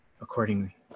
accordingly